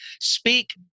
Speak